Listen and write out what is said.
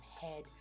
head